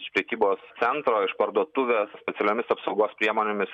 iš prekybos centro iš parduotuvės specialiomis apsaugos priemonėmis